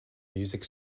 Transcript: music